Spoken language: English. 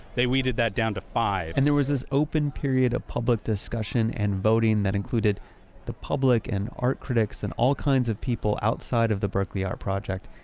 they weeded that down to five and there was this open period of public discussion and voting that included the public and art critics and all kinds of people outside of the berkley art project,